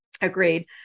agreed